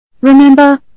Remember